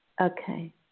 Okay